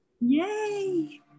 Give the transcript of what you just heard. yay